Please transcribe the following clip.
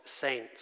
saints